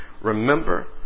Remember